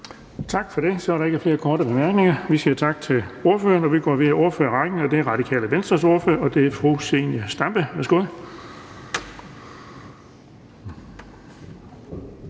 Tak for det. Så er der ikke flere korte bemærkninger. Vi siger tak til ordføreren og går videre i ordførerrækken, og det er Det Radikale Venstres ordfører, fru Zenia Stampe. Værsgo.